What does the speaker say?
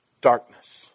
darkness